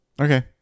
Okay